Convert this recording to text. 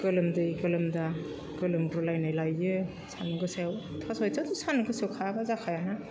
गोलोमदै गोलोमदा गोलोमगुलायनाय लायो सान्दुं गोसायाव थास' आथिङाथ' सान्दुं गोसायाव खायाब्ला जाखाया